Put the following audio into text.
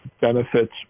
benefits